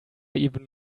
even